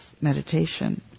meditation